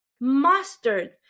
mustard